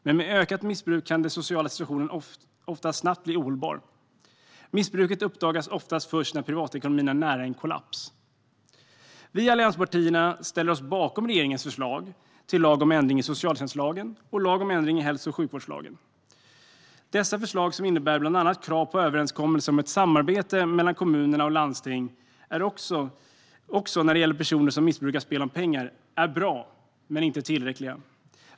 Men med ökat missbruk kan den sociala situationen snabbt bli ohållbar. Missbruket uppdagas ofta först när privatekonomin är nära en kollaps. Vi i allianspartierna ställer oss bakom regeringens förslag om ändring i socialtjänstlagen och förslag om ändring i hälso och sjukvårdslagen. Dessa förslag, som bland annat innebär krav på överenskommelse om ett samarbete mellan kommunerna och landstingen, också när det gäller personer som missbrukar spel om pengar, är bra men inte tillräckliga.